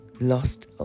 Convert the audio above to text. lost